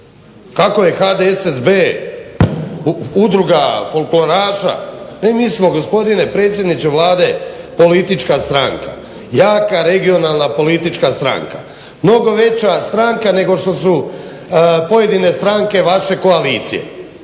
Kako je HDSSB udruga folkloraša, ne mi smo gospodine predsjedniče Vlade politička stranka, jaka regionalna politička stranka. Mnogo veća stranka nego što su pojedine stranke vaše koalicije.